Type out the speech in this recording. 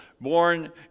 born